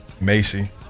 Macy